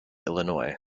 illinois